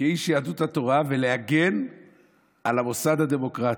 כאיש יהדות התורה ולהגן על המוסד הדמוקרטי.